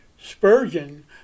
Spurgeon